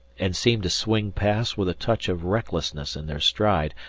and seemed to swing past with a touch of recklessness in their stride,